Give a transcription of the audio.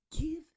give